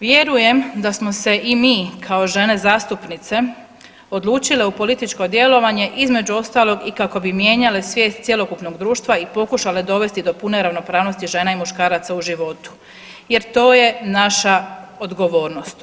Vjerujem da smo se i mi kao žene zastupnice odlučile u političko djelovanje između ostalog i kako bi mijenjale svijest cjelokupnog društva i pokušale dovesti do pune ravnopravnosti žena i muškaraca u životu jer to je naša odgovornost.